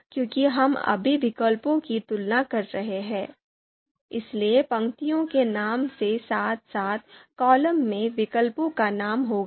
क्योंकि हम अभी विकल्पों की तुलना कर रहे हैं इसलिए पंक्तियों के नाम के साथ साथ कॉलम में विकल्पों का नाम होगा